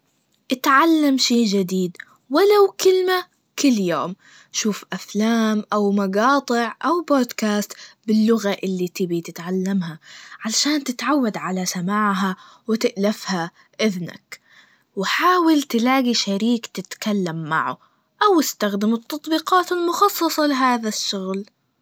اتعلم شي جديد, ولو كلمة كل يوم, شوف أفلام, أو مجاطع أو بودكاست باللغة اللي تبي تتعلمها, عشان تتعود على سماعها وتألفها إذنك, وحاول تلاقي شريك تتكلم معه, أو تستخدم التطبيقات المخصصة لهذا الشغل.